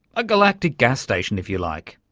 a galactic gas station, if you like.